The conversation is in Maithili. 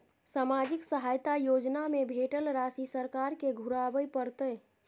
सामाजिक सहायता योजना में भेटल राशि सरकार के घुराबै परतै?